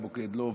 המוקד לא עובד,